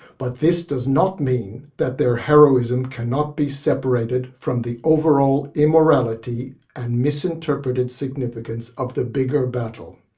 but this does not mean that their heroism cannot be separated from the overall immorality and misinterpreted significance of the bigger battle.